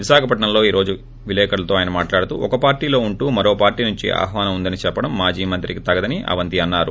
విశాఖపట్నంలో ఈ రోజు విలేకరులతో ఆయన మాట్లాడుతూ ఒక పార్షీలో ఉంటూ మరో పార్ట్ నుంచి ఆహ్వానం ఉందని చెప్పడం మాజీ మంత్రికి తగదని అవంతి అన్నారు